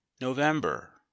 November